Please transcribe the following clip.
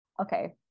okay